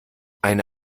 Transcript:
eine